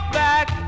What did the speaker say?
back